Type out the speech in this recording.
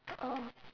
oh